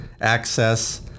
access